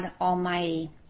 Almighty